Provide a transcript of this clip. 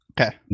Okay